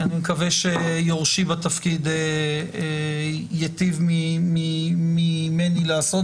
אני מקווה שיורשי בתפקיד יטיב ממני לעשות